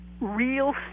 real